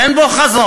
אין בו חזון,